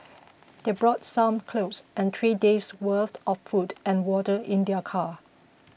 they brought some clothes and three days' worth of food and water in their car